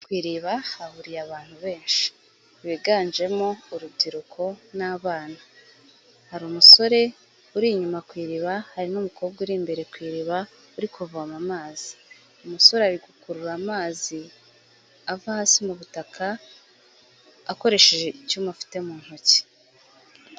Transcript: Ku iriba hahuriye abantu benshi biganjemo urubyiruko n'abana, hari umusore uri inyuma ku iriba hari n'umukobwa uri imbere ku iriba uri kuvoma amazi, umusore ari gukurura amazi ava hasi mu butaka akoresheje icyuma afite mu ntoki.